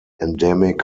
endemic